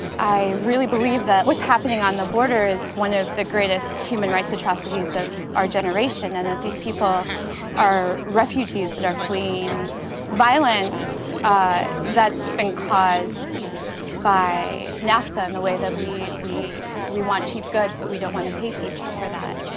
i really believe that what's happening on the border is one of the greatest human rights atrocities of our generation. and these people are refugees that are fleeing violence that's been caused by nafta and the way that we we we want cheap goods but we don't want to pay people for that.